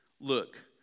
Look